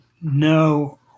no